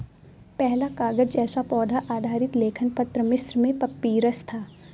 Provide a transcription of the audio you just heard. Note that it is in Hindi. पहला कागज़ जैसा पौधा आधारित लेखन पत्र मिस्र में पपीरस था